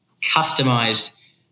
customized